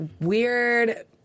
weird